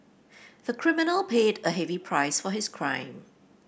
the criminal paid a heavy price for his crime